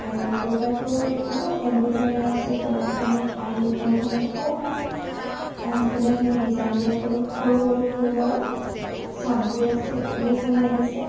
আৰু কুৰ্টাটোৰ অলপ এমব্ৰইডাৰি আছে তলৰ ফালে আৰু ওপৰফালে অকণমান ধুনীয়া ধুনীয়া ডিজাইন দিয়া সৰু সৰু সৰু ফুলৰ চাপবোৰ আছে খুবেই ভাল লাগিছে